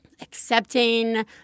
accepting